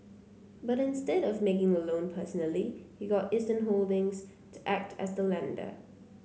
but instead of making the loan personally he got Eastern Holdings to act as the lender